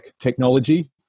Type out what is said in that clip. technology